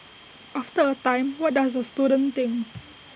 after A time what does the student think